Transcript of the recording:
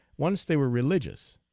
once they were re ligious.